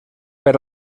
per